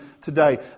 today